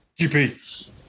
GP